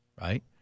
right